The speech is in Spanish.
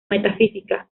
metafísica